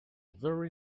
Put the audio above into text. very